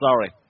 Sorry